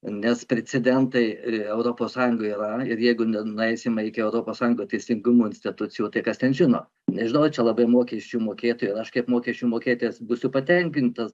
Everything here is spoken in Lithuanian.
nes precedentai ir europos sąjungoj yra ir jeigu nenueisim iki europos sąjungos teisingumo institucijų tai kas ten žino nežinau čia labai mokesčių mokėtojai aš kaip mokesčių mokėtojas būsiu patenkintas